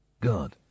God